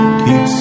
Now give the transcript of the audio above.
keep